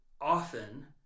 often